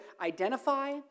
identify